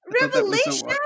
Revelation